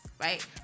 right